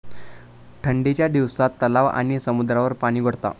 ठंडीच्या दिवसात तलाव, नदी आणि समुद्रावर पाणि गोठता